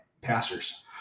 pastors